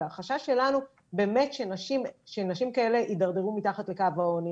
והחשש שלנו באמת שנשים כאלה ידרדרו מתחת לקו העוני.